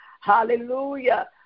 Hallelujah